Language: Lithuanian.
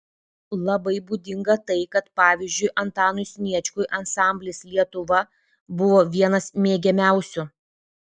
labai būdinga tai kad pavyzdžiui antanui sniečkui ansamblis lietuva buvo vienas mėgiamiausių